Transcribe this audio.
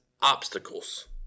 obstacles